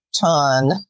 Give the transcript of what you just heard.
ton